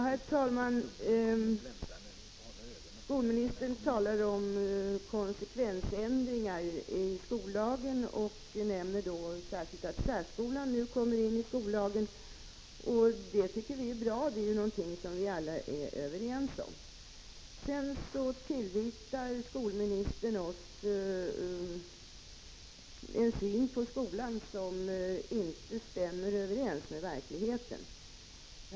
Herr talman! Skolministern talar om konsekvensändringar i skollagen och nämner då särskilt särskolan, som nu kommer in i skollagen. Det tycker vi är bra. Det är någonting som vi alla är överens om. Sedan tillvitar skolministern oss en syn på skolan som inte stämmer överens med verkligheten.